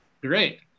great